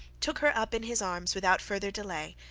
took her up in his arms without farther delay,